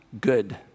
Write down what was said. good